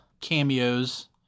cameos